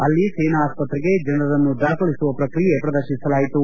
ಅಲ್ಲಿ ಸೇನಾ ಆಸ್ತ್ರತೆಗೆ ಜನರನ್ನು ದಾಖಲಿಸುವ ಪ್ರಕ್ರಿಯೆ ಪ್ರದರ್ತಿಸಲಾಯಿತು